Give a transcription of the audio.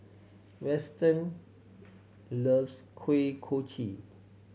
Weston loves Kuih Kochi